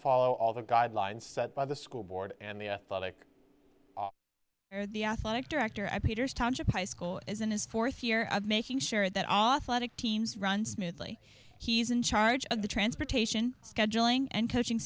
follow all the guidelines set by the school board and the athletic or the athletic director at peters township high school is in his fourth year of making sure that all athletic teams run smoothly he's in charge of the transportation scheduling and coaching